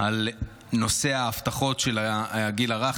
על נושא ההבטחות של הגיל הרך,